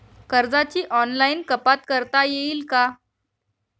कर्जाची ऑनलाईन कपात करता येईल का?